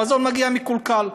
המזון מגיע מקולקל,